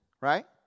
right